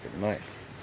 nice